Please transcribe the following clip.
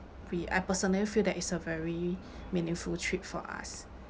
we I personally feel that it's a very meaningful trip for us